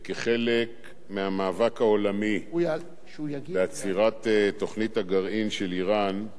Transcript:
וכחלק מהמאבק העולמי בעצירת תוכנית הגרעין של אירן,